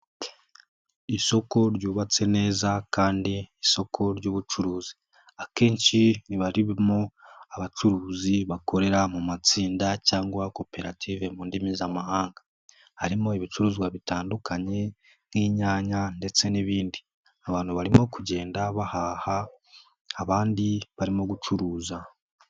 Isoko ryubatse neza kandi isoko ry'ubucuruzi, akenshi riba ririmo abacuruzi bakorera mu matsinda cyangwa koperative mu ndimi z'amahanga, harimo ibicuruzwa bitandukanye nk'inyanya ndetse n'ibindi. Abantu barimo kugenda bahaha abandi barimo gucuruza.